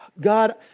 God